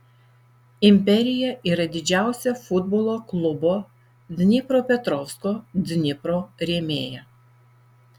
imperija yra didžiausia futbolo klubo dniepropetrovsko dnipro rėmėja